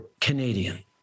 Canadian